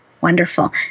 Wonderful